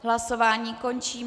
Hlasování končím.